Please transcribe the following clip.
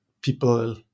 people